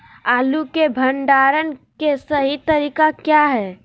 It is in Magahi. आलू के भंडारण के सही तरीका क्या है?